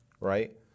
right